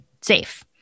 safe